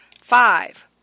Five